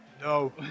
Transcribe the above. No